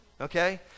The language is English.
Okay